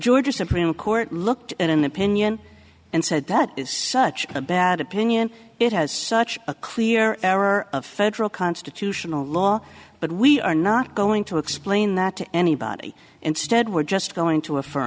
georgia supreme court looked at an opinion and said that is such a bad opinion it has such a clear error of federal constitutional law but we are not going to explain that to anybody instead we're just going to